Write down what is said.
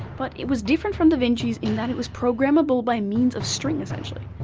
but it was different from da vinci's in that it was programmable by means of string essentially.